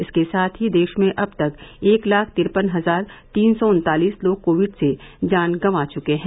इसके साथ ही देश में अब तक एक लाख तिरपन हजार तीन सौ उन्तालीस लोग कोविड से जान गवां चके है